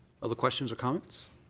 other questions or comments?